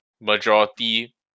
majority